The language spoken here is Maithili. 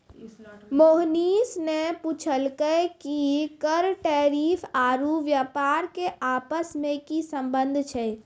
मोहनीश ने पूछलकै कि कर टैरिफ आरू व्यापार के आपस मे की संबंध छै